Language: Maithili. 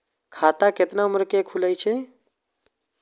खाता केतना उम्र के खुले छै?